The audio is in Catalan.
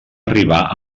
arribar